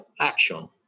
action